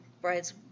bride's